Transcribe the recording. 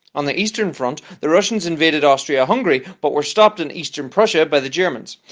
on the eastern front, the russians invaded austria-hungary but were stopped in eastern prussia by the germans.